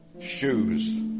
Shoes